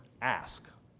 ask